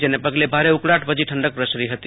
જેને પગલે ભારે ઉકળાટ પછી ઠંડક પ્રસરી હતી